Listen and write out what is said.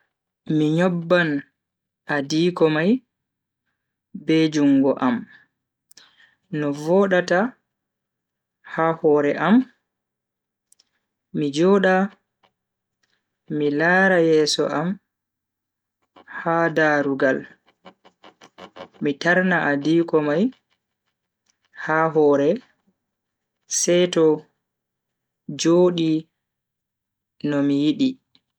Mi nyobban adiiko mai be jungo am no vodata ha hore am, mi joda mi lara yeso am ha darugal mi tarna adiiko mai ha hore seto Jodi nomi yidi.